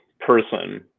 person